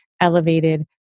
elevated